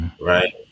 right